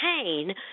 pain